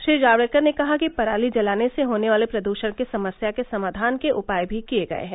श्री जावड़ेकर ने कहा कि पराली जलाने से होने वाले प्रदूषण की समस्या के समाधान के उपाय भी किए गए हैं